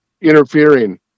interfering